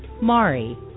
Mari